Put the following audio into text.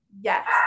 yes